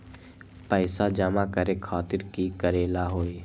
पैसा जमा करे खातीर की करेला होई?